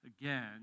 Again